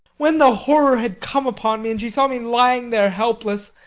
when the horror had come upon me, and she saw me lying there helpless,